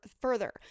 further